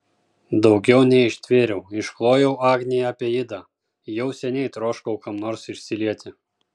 daugiau neištvėriau išklojau agnei apie idą jau seniai troškau kam nors išsilieti